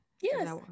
yes